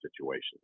situations